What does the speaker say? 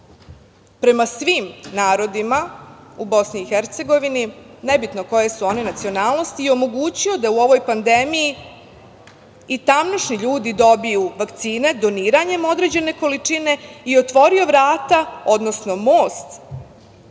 prema svim narodima u Bosni i Hercegovini, nebitno koje su one nacionalnosti i omogućio da u ovoj pandemiji i tamošnji ljudi dobiju vakcine, doniranjem određene količine i otvorio vrata, odnosno most